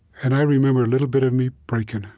and i remember a little bit of me breaking.